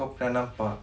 kau pernah nampak